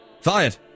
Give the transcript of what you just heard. Fired